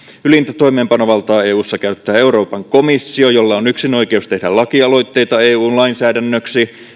ylintä toimeenpanovaltaa eussa käyttää euroopan komissio jolla on yksinoikeus tehdä lakialoitteita eun lainsäädännöksi